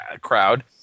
crowd